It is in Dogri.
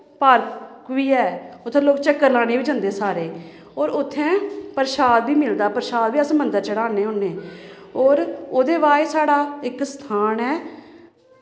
पार्क बी ऐ उत्थें लोग चक्कर लाने बी जंदे सारे होर उत्थें प्रशाद बी मिलदा प्रशाद बी अस मन्दर चढ़ान्ने होन्ने होर ओह्दे बाद च साढ़ा इक स्थान ऐ